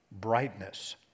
brightness